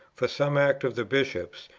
for some act of the bishops,